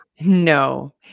no